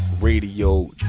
radio